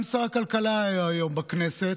גם שר הכלכלה היה היום בכנסת.